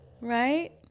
Right